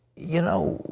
you know,